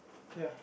ya